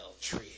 Tree